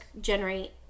generate